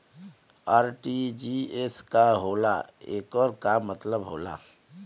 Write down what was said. RTGS का होला acre का मतलब होला?